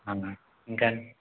అవునా ఇంకా అండీ